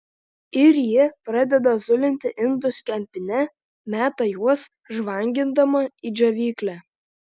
ir ji pradeda zulinti indus kempine meta juos žvangindama į džiovyklę